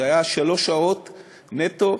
זה היה שלוש שעות נטו.